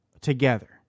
together